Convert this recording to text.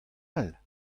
all